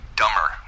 dumber